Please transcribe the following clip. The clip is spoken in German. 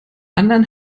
anderen